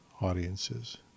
audiences